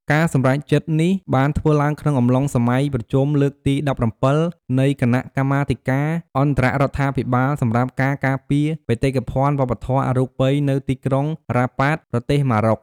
ការសម្រេចចិត្តនេះបានធ្វើឡើងក្នុងអំឡុងសម័យប្រជុំលើកទី១៧ នៃគណៈកម្មាធិការអន្តររដ្ឋាភិបាលសម្រាប់ការការពារបេតិកភណ្ឌវប្បធម៌អរូបី នៅទីក្រុងរ៉ាបាត ប្រទេសម៉ារ៉ុក។